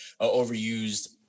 overused